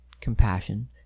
compassion